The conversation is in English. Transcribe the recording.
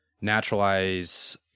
naturalize